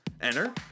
Enter